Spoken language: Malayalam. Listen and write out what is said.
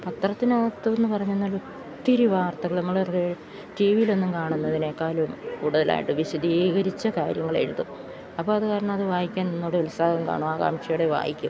പത്രത്തിനകത്തെന്ന് പറഞ്ഞുകഴിഞ്ഞാല് ഒത്തിരി വാർത്തകള് നമ്മള് ടി വിയിലൊന്നും കാണുന്നതിനെക്കാളും കൂടുതലായിട്ട് വിശദീകരിച്ച് കാര്യങ്ങളെഴുതും അപ്പോള് അതുകാരണം അത് വായിക്കാൻ ഒന്നുകൂടെ ഉത്സാഹം കാണും ആകാംക്ഷയോടെ വായിക്കും